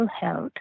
health